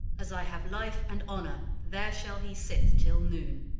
as i have life and honour, there shall he sit till noon.